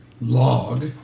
log